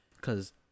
cause